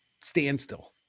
standstill